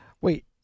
Wait